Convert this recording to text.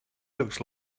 looks